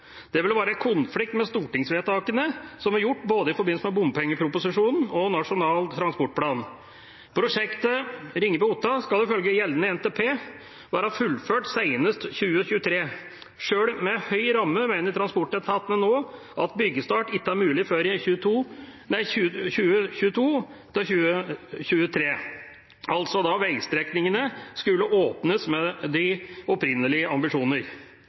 Det vil være i konflikt med stortingsvedtakene som er gjort både i forbindelse med bompengeproposisjonen og med Nasjonal transportplan. Prosjektet Ringebu–Otta skal ifølge gjeldende NTP være fullført senest 2023. Sjøl med en høy ramme mener transportetatene nå at byggestart ikke er mulig før i 2022–2023, altså da veistrekningene skulle åpnes etter de opprinnelige